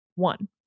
one